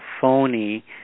phony